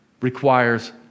requires